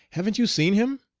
haven't you seen him?